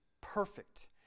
perfect